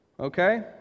Okay